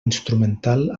instrumental